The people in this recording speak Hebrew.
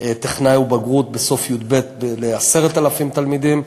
טכנאי ובגרות בסוף י"ב ל-10,000 תלמידים,